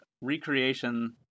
recreation